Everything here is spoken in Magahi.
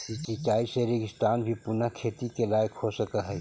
सिंचाई से रेगिस्तान भी पुनः खेती के लायक हो सकऽ हइ